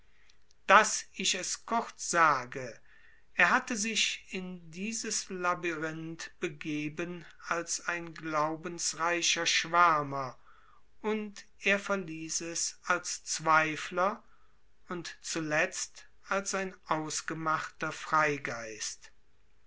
daß ich es kurz sage er hatte sich in dieses labyrinth begeben als ein glaubensreicher schwärmer und er verließ es als zweifler und zuletzt als ein ausgemachter freigeist